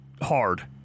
hard